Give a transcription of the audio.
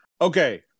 Okay